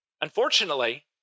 Unfortunately